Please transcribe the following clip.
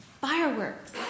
fireworks